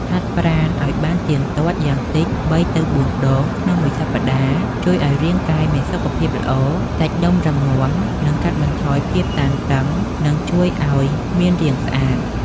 ហាត់ប្រាណអោយបានទៀងទាត់ យ៉ាងតិច ៣ ទៅ ៤ ដងក្នុងមួយសប្តាហ៍ ជួយឱ្យរាងកាយមានសុខភាពល្អ សាច់ដុំរឹងមាំ និងកាត់បន្ថយភាពតានតឹងនឹងជួយអោយមានរាងស្អាត ។